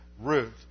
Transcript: Ruth